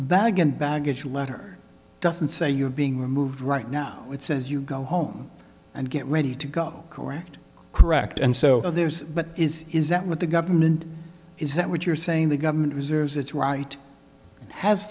bag and baggage letter doesn't say you are being removed right now it says you go home and get ready to go correct correct and so there's but is is that what the government is that what you're saying the government reserves its right has